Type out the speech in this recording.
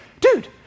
Dude